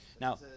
Now